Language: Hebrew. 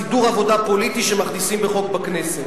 סידור עבודה פוליטי שמכניסים בחוק בכנסת.